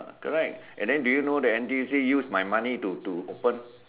correct and then do you know that N_T_U_C use my money to to open